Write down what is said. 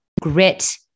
grit